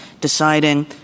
deciding